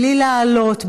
בלי להלאות,